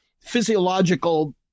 physiological